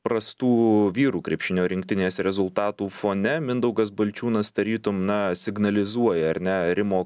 prastų vyrų krepšinio rinktinės rezultatų fone mindaugas balčiūnas tarytum na signalizuoja ar ne rimo